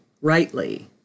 rightly